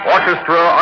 Orchestra